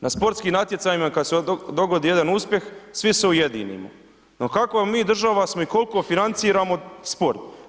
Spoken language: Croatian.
Na sportskim natjecanjima kad se dogodi jedan uspjeh svi se ujedinimo, no kakva mi država smo i koliko financiramo sport.